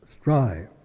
strive